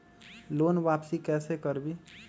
Loan वापसी कैसे करबी?